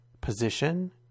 position